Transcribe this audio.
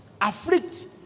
Afflict